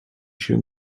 się